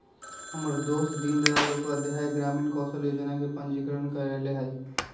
हमर दोस दीनदयाल उपाध्याय ग्रामीण कौशल जोजना में पंजीकरण करएले हइ